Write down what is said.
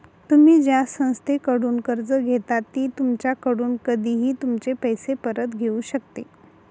तुम्ही ज्या संस्थेकडून कर्ज घेता ती तुमच्याकडून कधीही तुमचे पैसे परत घेऊ शकते